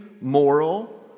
moral